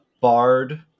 Bard